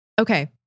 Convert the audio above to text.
Okay